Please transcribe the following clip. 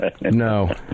No